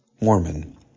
Mormon